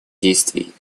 действий